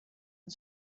and